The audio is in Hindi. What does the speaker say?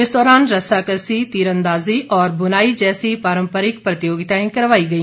इस दौरान रस्साकस्सी तीरंदाजी और बुनाई जैसी पारम्परिक प्रतियोगिताएं करवाई गई